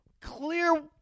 Clear